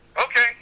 Okay